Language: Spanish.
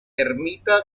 ermita